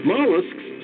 Mollusks